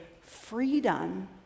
freedom